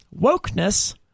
wokeness